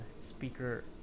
Speaker